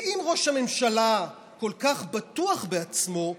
אם ראש הממשלה כל כך בטוח בעצמו,